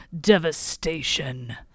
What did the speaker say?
devastation